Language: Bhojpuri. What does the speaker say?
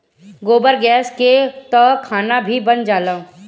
गोबर गैस से तअ खाना भी बन जाला